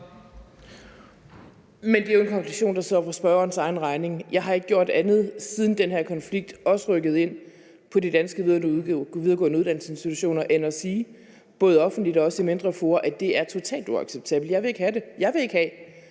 Men det er jo en konklusion, der står for spørgerens egen regning. Jeg har ikke gjort andet, siden den her konflikt også rykkede ind på de videregående uddannelsesinstitutioner, end at sige, både offentligt og også i mindre fora, at det er totalt uacceptabelt; jeg vil ikke have det. Jeg vil ikke have, at